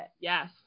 Yes